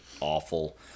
awful